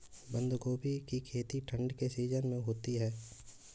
बंद गोभी की खेती ठंड के सीजन में होती है